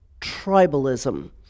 tribalism